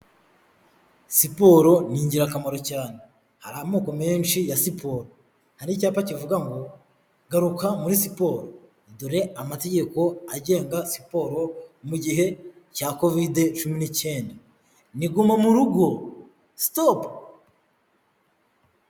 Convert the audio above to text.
Siporo ni ingirakamaro cyane, hari amoko menshi ya siporo, hari icyapa kivuga ngo" garuka muri siporo" dore amategeko agenga siporo mu gihe cya kovide cumi n'icyenda, ni guma mugo, sitopu.